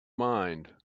mind